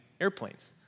airplanes